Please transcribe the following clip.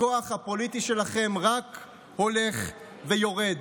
הכוח הפוליטי שלכם רק הולך ויורד.